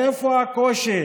איפה הקושי